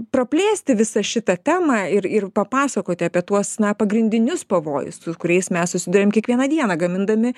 praplėsti visą šitą temą ir ir papasakoti apie tuos na pagrindinius pavojus su kuriais mes susiduriam kiekvieną dieną gamindami